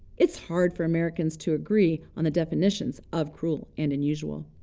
it's hard for americans to agree on the definitions of cruel and unusual.